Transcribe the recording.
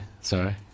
Sorry